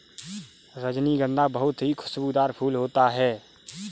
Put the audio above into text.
रजनीगंधा बहुत ही खुशबूदार फूल होता है